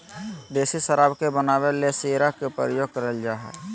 देसी शराब के बनावे ले शीरा के प्रयोग कइल जा हइ